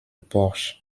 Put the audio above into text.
porche